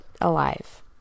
alive